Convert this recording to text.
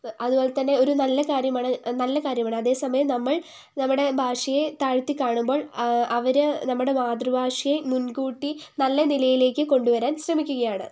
അതുപോലെതന്നെ ഒരു നല്ല കാര്യമാണ് നല്ല കാര്യമാണ് അതേ സമയം നമ്മൾ നമ്മുടെ ഭാഷയെ താഴ്ത്തി കാണുമ്പോൾ അവർ നമ്മുടെ മാതൃഭാഷയെ മുൻകൂട്ടി നല്ല നിലയിലേയ്ക്ക് കൊണ്ടുവരാൻ ശ്രമിക്കുകയാണ്